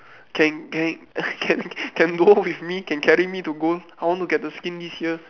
can can can can go home with me can carry me to go I want to get the skin this year